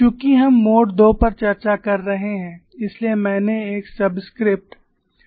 चूंकि हम mode II पर चर्चा कर रहे हैं इसलिए मैंने एक सबस्क्रिप्ट II रखा है